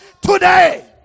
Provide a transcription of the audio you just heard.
today